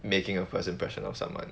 making a first impression of someone